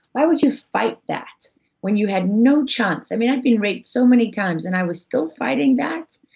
why would you fight that when you had no chance? i mean, i'd been raped so many times, and i was still fighting that?